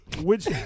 Which-